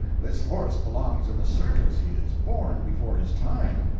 this horse belongs in the circus he is born before his time.